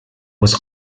was